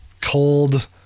cold